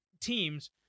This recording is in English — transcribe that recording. teams